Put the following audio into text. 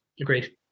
Agreed